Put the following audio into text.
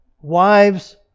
Wives